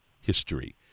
history